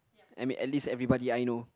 I mean at least everybody I know